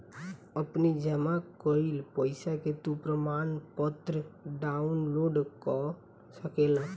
अपनी जमा कईल पईसा के तू प्रमाणपत्र डाउनलोड कअ सकेला